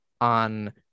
on